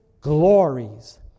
glories